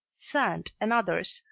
sand and others,